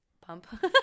Pump